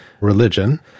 religion